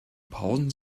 pausen